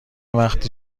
وقتی